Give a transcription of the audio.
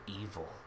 evil